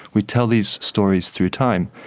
we tell these stories through time.